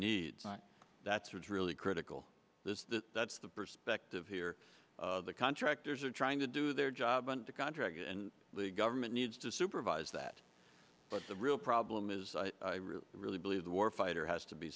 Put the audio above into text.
needs that's what's really critical there's the that's the perspective here the contractors are trying to do their job and the contractors and the government needs to supervise that but the real problem is really really believe the warfighter has to be